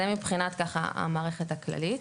זה מבחינת המערכת הכללית.